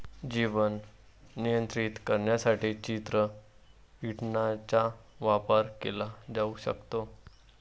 जीव नियंत्रित करण्यासाठी चित्र कीटकांचा वापर केला जाऊ शकतो